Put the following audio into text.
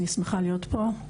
אני שמחה להיות פה.